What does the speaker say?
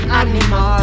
animal